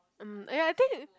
mm ya I think